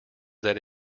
that